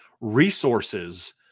resources